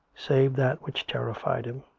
save that which terrified him.